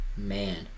Man